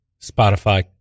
Spotify